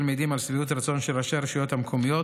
מעידים על שביעות רצון של ראשי הרשויות המקומיות